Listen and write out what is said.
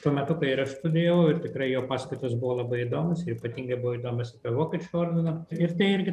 tuo metu kai ir aš studijavau ir tikrai jo paskaitos buvo labai įdomios ir ypatingai buvo įdomios apie vokiečių ordiną ir tai irgi